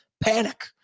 panic